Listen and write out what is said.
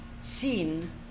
seen